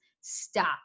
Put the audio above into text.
stop